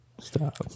stop